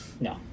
No